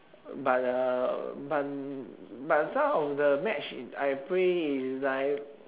but uh but but some of the match I play is like